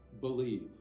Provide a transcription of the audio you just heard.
believe